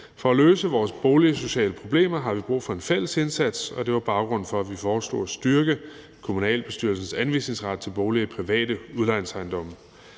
For at løse vores boligsociale problemer har vi brug for en fælles indsats, og det var baggrunden for, at vi foreslog at styrke kommunalbestyrelsens anvisningsret for boliger i private udlejningsejendomme.